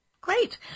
Great